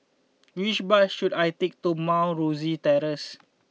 which bus should I take to Mount Rosie Terrace